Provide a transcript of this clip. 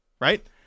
right